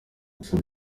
gusa